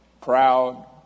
proud